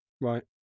Right